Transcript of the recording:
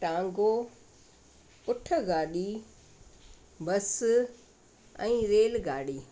टांगो ऊठ गाॾी बस ऐं रेलगाॾी